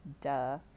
Duh